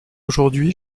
aujourd’hui